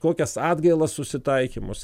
kokias atgailas susitaikymus